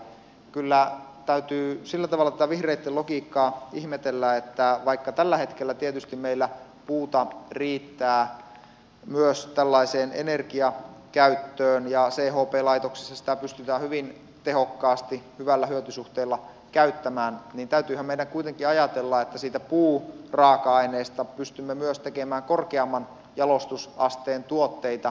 kyllä täytyy sillä tavalla tätä vihreitten logiikkaa ihmetellä että vaikka tällä hetkellä tietysti meillä puuta riittää myös tällaiseen energiakäyttöön ja chp laitoksissa sitä pysytään hyvin tehokkaasti hyvällä hyötysuhteella käyttämään niin täytyyhän meidän kuitenkin ajatella että siitä puuraaka aineesta pystymme myös tekemään korkeamman jalostusasteen tuotteita